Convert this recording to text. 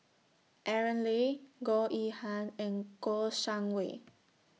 Aaron Lee Goh Yihan and Kouo Shang Wei